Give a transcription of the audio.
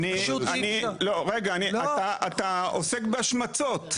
אתה עוסק בהשמצות.